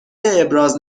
ابراز